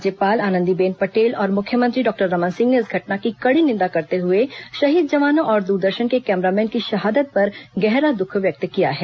राज्यपाल आनंदीबेन पटेल और मुख्यमंत्री डॉक्टर रमन सिंह ने इस घटना की कड़ी निंदा करते हुए शहीद जवानों और दूरदर्शन के एक कैमरामेन की शहादत पर गहरा दूःख व्यक्त किया है